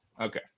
okay